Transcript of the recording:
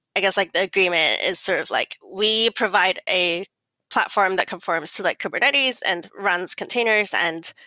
i guess like the agreement, is sort of like we provide a platform that confi rms to like kubernetes and runs containers and